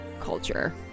culture